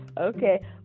Okay